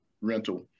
rental